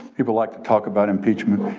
people like to talk about impeachment.